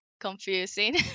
confusing